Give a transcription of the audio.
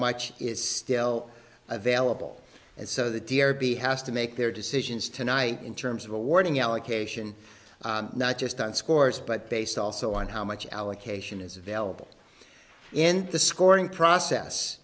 much is still available and so the b has to make their decisions tonight in terms of awarding allocation not just on scores but based also on how much allocation is available in the scoring process